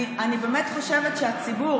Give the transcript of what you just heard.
אני באמת חושבת שהציבור,